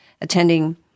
attending